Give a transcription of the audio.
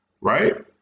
right